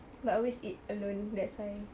but I always eat alone that's why